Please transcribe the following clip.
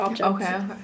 okay